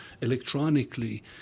electronically